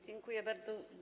Dziękuję bardzo.